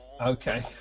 Okay